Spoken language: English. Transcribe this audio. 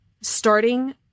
starting